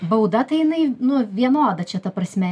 bauda tai jinai nu vienoda čia ta prasme